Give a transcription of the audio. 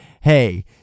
hey